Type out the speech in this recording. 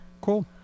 Cool